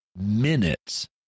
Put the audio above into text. minutes